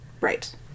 Right